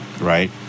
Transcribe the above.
Right